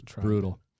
Brutal